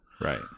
right